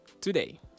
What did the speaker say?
today